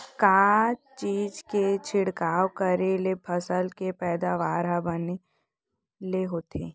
का चीज के छिड़काव करें ले फसल के पैदावार ह बने ले होथे?